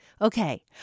Okay